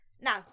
Now